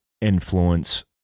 influence